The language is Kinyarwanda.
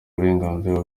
burenganzira